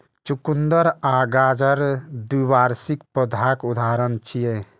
चुकंदर आ गाजर द्विवार्षिक पौधाक उदाहरण छियै